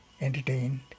entertained